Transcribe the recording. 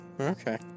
okay